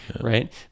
Right